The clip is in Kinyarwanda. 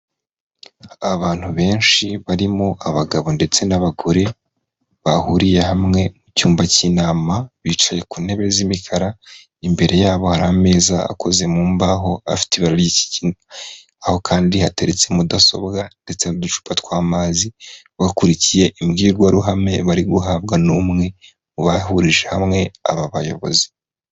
Abantu benshi barimo abagabo ndetse n'abagore bahuriye hamwe mu cyumba cy'inama bicaye ku ntebe z'imikara imbere yabo hari ameza akoze mu mbaho afite ibara ry'ikigina, aho kandi hateretse mudasobwa ndetse, n'uducupa tw'amazi bakurikiye imbwirwaruhame bari guhabwa n'umwe mu bahurije hamwe aba bayobozi.